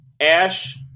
Ash